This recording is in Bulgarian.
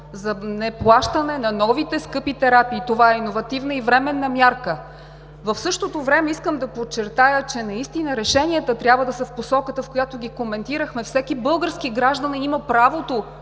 неплащане на новите скъпи терапии. Това е иновативна и временна мярка. В същото време искам да подчертая, че наистина решенията трябва да са в посоката, в която ги коментирахме. Всеки български гражданин има правото